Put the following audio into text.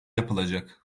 yapılacak